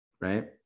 Right